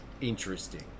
interesting